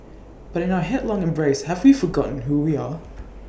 but in our headlong embrace have we forgotten who we are